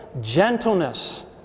gentleness